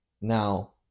now